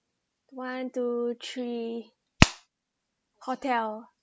one two three hotel